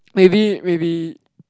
maybe maybe